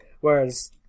Whereas